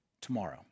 tomorrow